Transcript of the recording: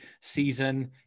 season